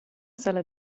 sala